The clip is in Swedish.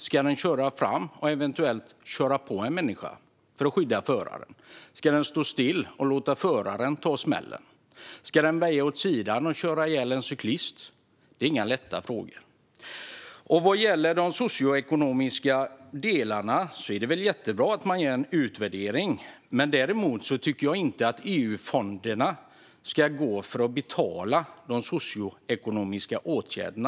Ska den köra framåt och eventuellt köra på en människa för att skydda föraren? Ska den stå still och låta föraren ta smällen? Ska den väja åt sidan och köra ihjäl en cyklist? Det är inga lätta frågor. Vad gäller de socioekonomiska delarna är det väl jättebra att man gör en utvärdering. Däremot tycker jag inte att EU-fonderna ska gå till att betala de socioekonomiska åtgärderna.